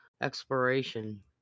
exploration